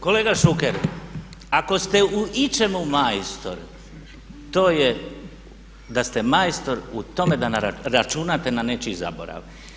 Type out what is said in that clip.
Kolega Šuker, ako ste u ičemu majstor, to je da ste majstor u tome da računate na nečiji zaborav.